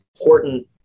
important